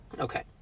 Okay